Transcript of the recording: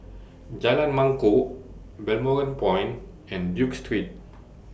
Jalan Mangkok Balmoral Point and Duke Street